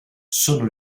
sono